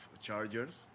chargers